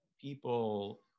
people